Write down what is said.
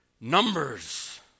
numbers